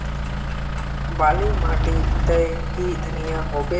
बाली माटी तई की धनिया होबे?